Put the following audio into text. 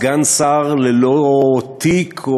סגן שר ללא תיק,